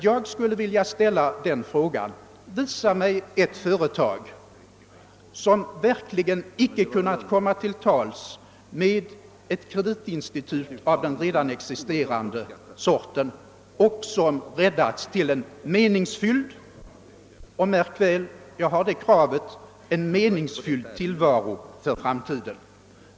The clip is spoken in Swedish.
Jag skulle vilja säga så här: Visa mig ett företag som verkligen inte kunnat komma till tals med ett kreditinstitut av redan existerande slag och som räddats till en meningsfylld — märk väl: jag har det kravet — till en meningsfylld tillvaro för framtiden!